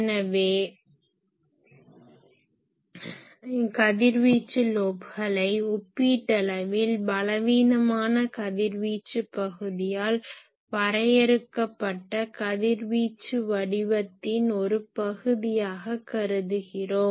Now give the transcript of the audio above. எனவே கதிர்வீச்சு லோப்களை ஒப்பீட்டளவில் பலவீனமான கதிர்வீச்சு பகுதியால் வரையறுக்கப்பட்ட கதிர்வீச்சு வடிவத்தின் ஒரு பகுதியாக கருதுகிறோம்